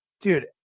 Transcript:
dude